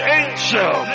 angel